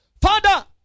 father